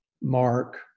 Mark